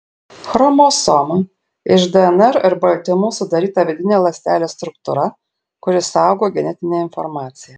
chromosoma iš dnr ir baltymų sudaryta vidinė ląstelės struktūra kuri saugo genetinę informaciją